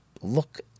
look